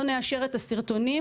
לא נאשר את הסרטונים,